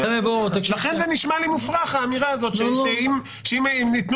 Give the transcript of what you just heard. לכן זה נשמע לי מופרך האמירה הזאת שאם נתנו